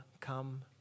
come